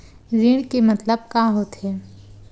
ऋण के मतलब का होथे?